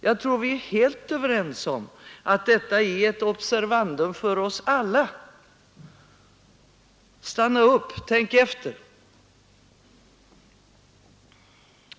Jag tror att vi är helt överens om att detta är ett observandum för oss alla: Stanna upp! Tänk efter!